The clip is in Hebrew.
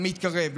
שמתקרב.